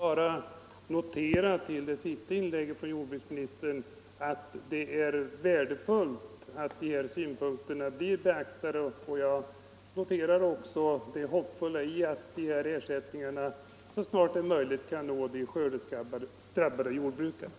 Fru talman! Jag vill bara notera i anslutning till jordbruksministerns senaste inlägg att det är värdefullt att de anförda synpunkterna blir beaktade. Jag noterar också det hoppingivande i beskedet att ersättningarna så snart som möjligt skall nå de skördeskadedrabbade jordbrukarna.